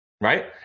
right